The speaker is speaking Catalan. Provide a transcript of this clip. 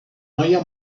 noia